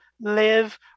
live